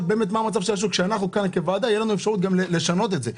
באמת מה המצב של השוק כך שלנו כוועדה תהיה אפשרות לשנות את זה.